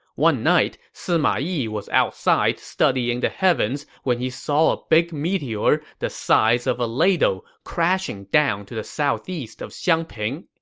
one night, sima yi was outside studying the heavens when he saw a big meteor the size of a ladle crashing down to the southeast of xiangping.